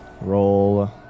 Roll